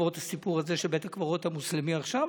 בעקבות הסיפור הזה של בית הקברות המוסלמי עכשיו.